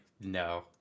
no